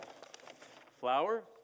Flour